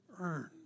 earn